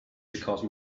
because